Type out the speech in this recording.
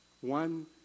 one